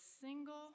single